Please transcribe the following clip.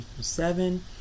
seven